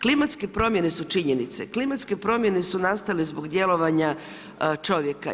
Klimatske promjene su činjenice, klimatske promjene su nastale zbog djelovanja čovjeka.